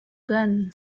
gun